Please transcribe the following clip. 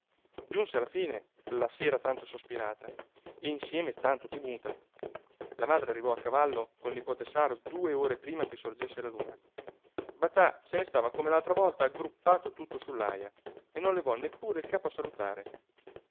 giunse alla fine la sera tanto sospirata e insieme tanto temuta la madre arrivò a cavallo col nipote saro due ore prima che sorgesse la luna batà se ne stava come l'altra volta aggruppato tutto sull'aja e non levò neppure il capo a salutare